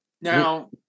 Now